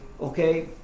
okay